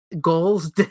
goals